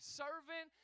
servant